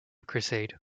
crusade